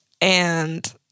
and-